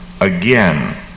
again